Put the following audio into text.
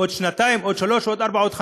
עוד שנתיים, עוד שלוש, עוד ארבע, עוד חמש,